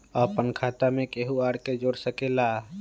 अपन खाता मे केहु आर के जोड़ सके ला?